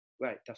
Right